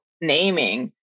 naming